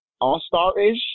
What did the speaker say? all-star-ish